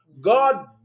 God